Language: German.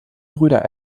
brüder